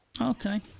okay